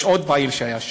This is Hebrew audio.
יש עוד פעיל שהיה שם,